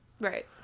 Right